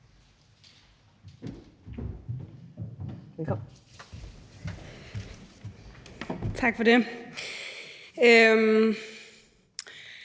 Tak for det.